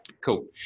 Cool